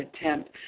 attempt